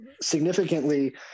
significantly